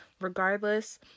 Regardless